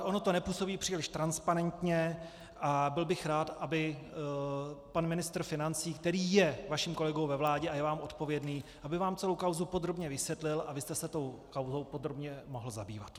Ono to nepůsobí příliš transparentně a byl bych rád, aby vám pan ministr financí, který je vaším kolegou ve vládě a je vám odpovědný, celou kauzu podrobně vysvětlil a vy jste se tou kauzou podrobně mohl zabývat.